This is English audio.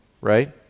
right